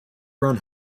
run